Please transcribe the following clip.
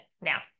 now